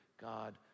God